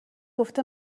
گفت